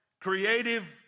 creative